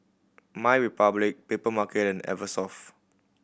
MyRepublic Papermarket and Eversoft